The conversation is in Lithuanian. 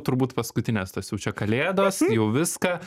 turbūt paskutinės tos jau čia kalėdos jau viską